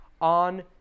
on